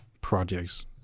projects